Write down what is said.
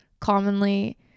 commonly